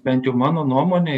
bent jau mano nuomone